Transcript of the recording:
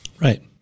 Right